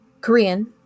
Korean